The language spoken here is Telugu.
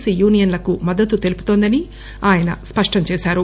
సి యూనియన్లకు మద్దతు తెలుపుతోందని ఆయన స్పష్టం చేశారు